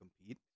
compete